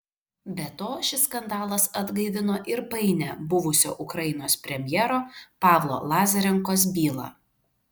be to šis skandalas atgaivino ir painią buvusio ukrainos premjero pavlo lazarenkos bylą